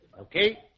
Okay